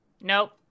Nope